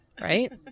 Right